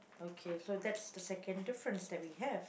okay so that's the second difference that we have